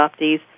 adoptees